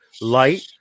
light